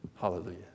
hallelujah